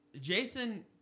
Jason